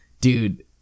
dude